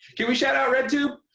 can we shout out redtube?